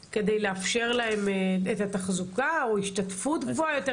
כלשהו כדי לאפשר להם את התחזוקה או השתתפות גבוהה יותר?